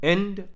End